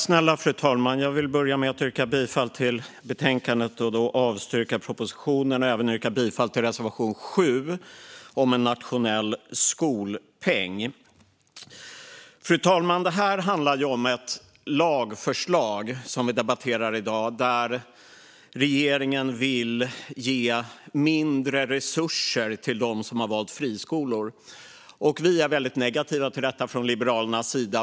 Fru talman! Jag vill börja med att yrka bifall till utskottets förslag och därmed avstyrka propositionen och även yrka bifall till reservation 7 om en nationell skolpeng. Fru talman! Det här handlar ju om ett lagförslag där regeringen vill ge mindre resurser till dem som har valt friskolor. Vi är väldigt negativa till detta från Liberalernas sida.